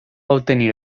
obtenir